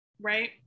right